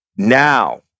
Now